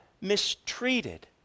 mistreated